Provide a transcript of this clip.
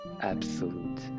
absolute